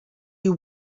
you